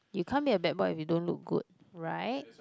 you can't be a bad boy if you don't look good right